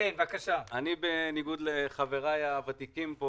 בניגוד לחבריי הוותיקים,